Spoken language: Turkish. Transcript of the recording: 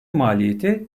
maliyeti